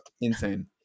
insane